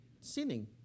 sinning